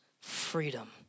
freedom